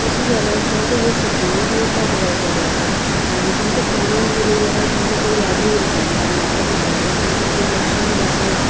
तशें जाल्यार तुमकां ह्यो सुचोवण्यो दिवपाक जाय जाल्यार हांवेन तुमकां तोंडान दिल्यो जाल्यार तुमकां तें यादी उरपाना आनी आतां सांगल्यारय तुमकां त्यो लक्षांत येवचेना